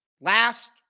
last